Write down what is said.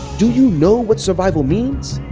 do you know what survival means?